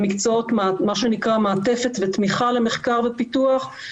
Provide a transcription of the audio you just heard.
ומה שנקרא מעטפת ותמיכה למחקר ופיתוח.